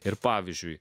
ir pavyzdžiui